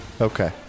okay